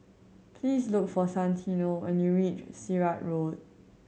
please look for Santino when you reach Sirat Road